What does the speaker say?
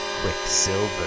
Quicksilver